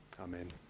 Amen